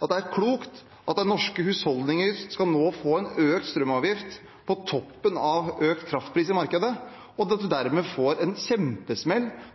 det er klokt at norske husholdninger nå skal få økt strømavgift på toppen av økt kraftpris i markedet, og at